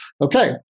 Okay